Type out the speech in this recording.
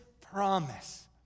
promise